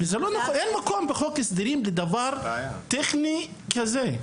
אין מקום בחוק ההסדרים לדבר טכני כזה.